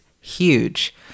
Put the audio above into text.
huge